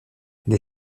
les